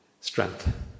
strength